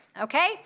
okay